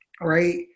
right